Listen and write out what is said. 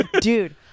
Dude